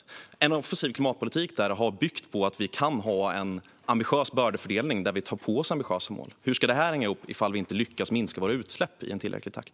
Där har en offensiv klimatpolitik byggt på att vi kan ha en ambitiös bördefördelning där vi tar på oss ambitiösa mål. Hur ska detta hänga ihop ifall vi inte lyckas minska våra utsläpp i tillräcklig takt?